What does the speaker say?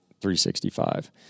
365